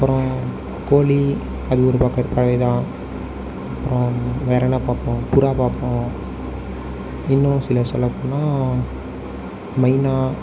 அப்புறம் கோழி அது ஒரு பக்கம் பறவை தான் அப்புறம் வேறு என்ன பார்ப்போம் புறா பார்ப்போம் இன்னும் சில சொல்ல போனால் மைனா